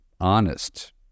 honest